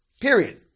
Period